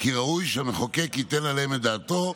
כי ראוי שהמחוקק ייתן עליהן את דעתו.